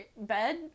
bed